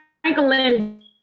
Franklin